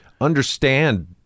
understand